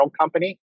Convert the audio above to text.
company